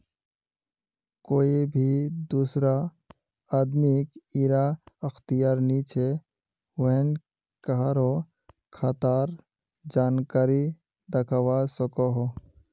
कोए भी दुसरा आदमीक इरा अख्तियार नी छे व्हेन कहारों खातार जानकारी दाखवा सकोह